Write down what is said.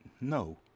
No